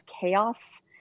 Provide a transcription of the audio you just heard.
chaos